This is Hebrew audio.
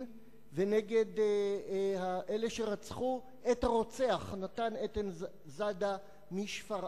ונגד אלה שרצחו את הרוצח עדן נתן זאדה משפרעם?